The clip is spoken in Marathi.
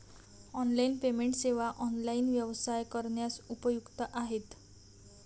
ऑनलाइन पेमेंट सेवा ऑनलाइन व्यवसाय करण्यास उपयुक्त आहेत